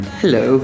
hello